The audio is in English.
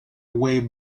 way